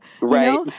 right